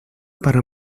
para